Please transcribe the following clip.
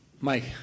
Mike